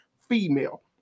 female